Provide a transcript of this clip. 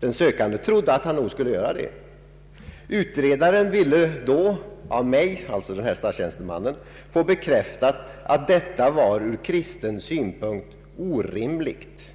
Den sökande trodde att han nog skulle göra det. Utredaren ville då av mig” — alltså statstjänstemannen — ”få bekräftat att detta var från kristen synpunkt orimligt.